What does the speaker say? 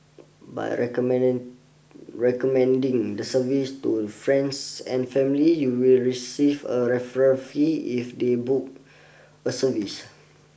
by recommend recommending the service to friends and family you will receive a referral fee if they book a service